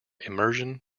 immersion